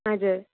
हजुर